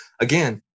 Again